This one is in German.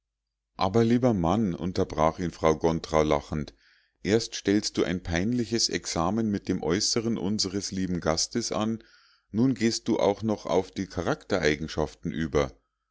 aber lieber mann unterbrach ihn frau gontrau lachend erst stellst du ein peinliches examen mit dem aeußeren unsres lieben gastes an nun gehst du auch noch auf die charaktereigenschaften über